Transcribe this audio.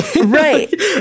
Right